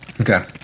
Okay